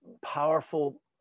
powerful